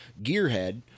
GearHead